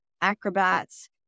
acrobats